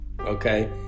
okay